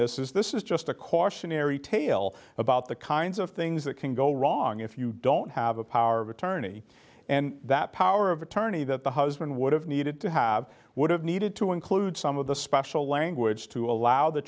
this is this is just a cautionary tale about the kinds of things that can go wrong if you don't have a power of attorney and that power of attorney that the husband would have needed to have would have needed to include some of the special language to allow the